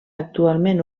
actualment